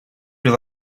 your